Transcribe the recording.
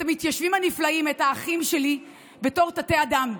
את המתיישבים הנפלאים, את האחים שלי, תתי-אדם.